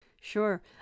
Sure